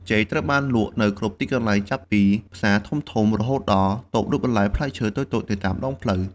ចេកត្រូវបានលក់នៅគ្រប់ទីកន្លែង ចាប់ពីផ្សារធំៗ រហូតដល់តូបលក់ផ្លែឈើតូចៗនៅតាមដងផ្លូវ។